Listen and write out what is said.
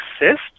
exist